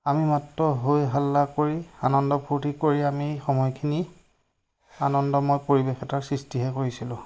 আমি মাত্ৰ হৈ হাল্লা কৰি আনন্দ ফূৰ্তি কৰি আমি সময়খিনি আনন্দময় পৰিৱেশ এটাৰ সৃষ্টিহে কৰিছিলোঁ